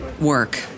work